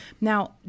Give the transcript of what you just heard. Now